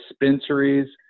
dispensaries